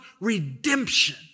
redemption